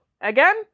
Again